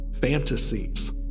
fantasies